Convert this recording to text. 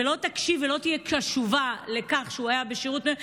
ולא יקשיבו ולא יהיו קשובים לכך שהוא היה בשירות מילואים.